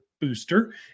booster